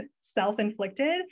self-inflicted